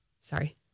Sorry